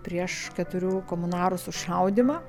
prieš keturių komunarų sušaudymą